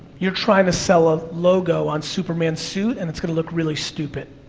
you're trying to sell a logo on superman's suit, and it's gonna look really stupid.